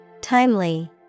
Timely